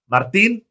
Martín